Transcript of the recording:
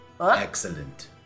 Excellent